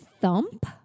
thump